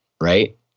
Right